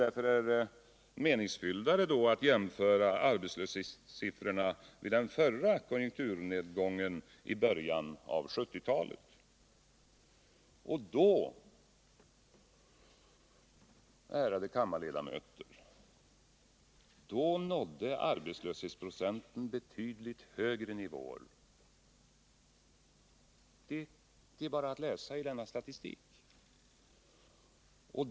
Därför är det mera meningsfullt att göra en jämförelse med arbetslöshetssiffrorna under den förra konjunkturnedgången, i början av 1970-talet. Då, ärade kammarledamöter, nådde arbetslöshetsprocenten betydligt högre nivåer. Det är bara att läsa i statistiken!